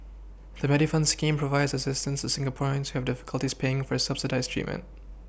the Medifund scheme provides assistance as Singaporeans have difficulties paying for subsidized treatment